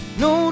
no